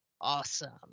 Awesome